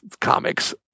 comics